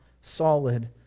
solid